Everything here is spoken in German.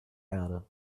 erde